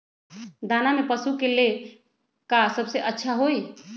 दाना में पशु के ले का सबसे अच्छा होई?